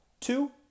two